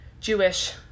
Jewish